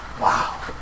Wow